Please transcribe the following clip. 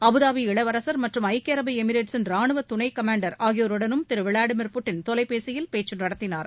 Abu Dhabi இளவரசர் மற்றும் ஐக்கிய அரபு எமிரேட்சின் ரானுவ துணை சமான்டர் ஆகியோருடனும் திரு விளாடிமிர் புட்டின் தொலைபேசியில் பேச்சு நடத்தினார்